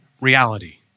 reality